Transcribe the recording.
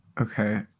Okay